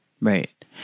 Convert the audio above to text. Right